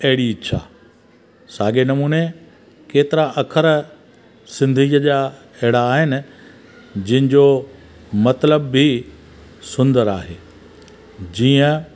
अहिड़ी इच्छा साॻे नमूने केतिरा अखर सिंधीअ जा अहिड़ा आहिनि जंहिंजो मतलबु बि सुंदर आहे जीअं